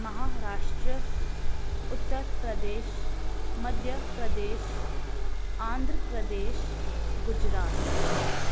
Maharashtra Uttar Pradesh Madhya Pradesh Andhra Pradesh Gujarat